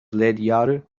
lekrjahre